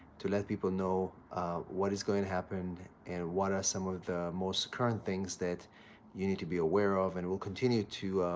to let people know what is going to happen, and what are some of the most current things that you need to be aware of, and we'll continue to